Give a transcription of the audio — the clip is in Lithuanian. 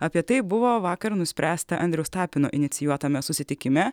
apie tai buvo vakar nuspręsta andriaus tapino inicijuotame susitikime